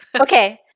Okay